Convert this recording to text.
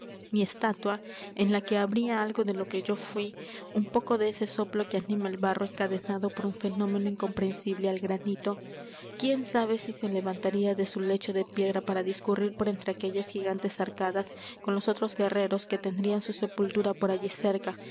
mi estatua en la que habría algo de lo que yo fuí un poco de ese soplo que anima el barro encadenado por un fenómeno incomprensible al granito quién sabe si se levantaría de su lecho de piedra para discurrir por entre aquellas gigantes arcadas con los otros guerreros que tendrían su sepultura por allí cerca